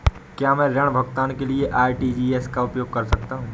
क्या मैं ऋण भुगतान के लिए आर.टी.जी.एस का उपयोग कर सकता हूँ?